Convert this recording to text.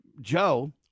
Joe